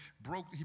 broke